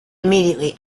immediately